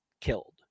killed